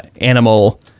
animal